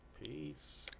peace